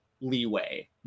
leeway